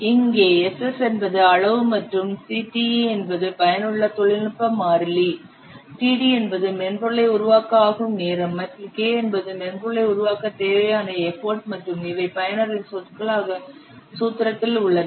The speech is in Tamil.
இங்கே Ss என்பது அளவு மற்றும் C te என்பது பயனுள்ள தொழில்நுட்ப மாறிலி td என்பது மென்பொருளை உருவாக்க ஆகும் நேரம் மற்றும் K என்பது மென்பொருளை உருவாக்க தேவையான எஃபர்ட் மற்றும் இவை பயனரின் சொற்களாக சூத்திரத்தில் உள்ளன